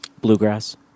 Bluegrass